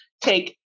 take